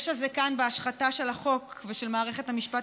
יש"ע זה כאן בהשחתה של החוק ושל מערכת המשפט